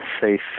safe